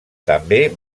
també